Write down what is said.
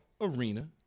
arena